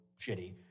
shitty